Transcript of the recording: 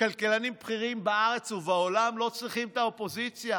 כלכלנים בכירים בארץ ובעולם לא צריכים את האופוזיציה.